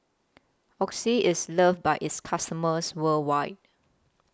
Oxy IS loved By its customers worldwide